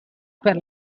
per